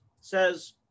says